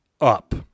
up